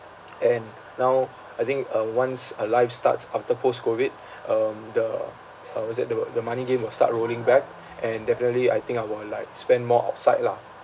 and now I think uh once uh life starts after post COVID um the uh what's it the the money game will start rolling back and definitely I think I will like spend more outside lah